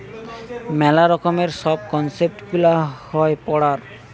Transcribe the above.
মেলা রকমের সব কনসেপ্ট গুলা হয় পড়ার